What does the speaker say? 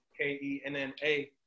K-E-N-N-A